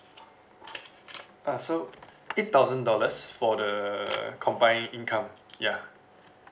uh so eight dollars for the combined income ya